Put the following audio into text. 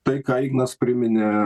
tai ką ignas priminė